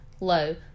low